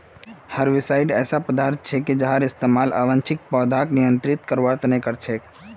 herbicides ऐसा पदार्थ छिके जहार इस्तमाल अवांछित पौधाक नियंत्रित करवार त न कर छेक